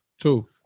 two